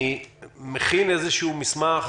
אני מכין איזשהו מסמך